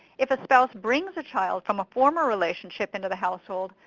if a spouse brings a child from a former relationship into the household,